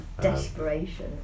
Desperation